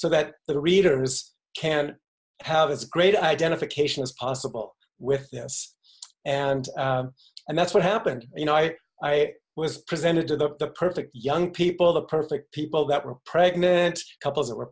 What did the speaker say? so that the readers can have as great identification as possible with yes and and that's what happened you know it was presented to the perfect young people the perfect people that repression and couples that were